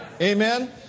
Amen